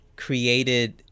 created